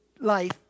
life